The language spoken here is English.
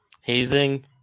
Hazing